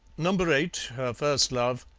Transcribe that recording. number eight, her first love,